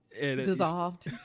Dissolved